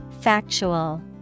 Factual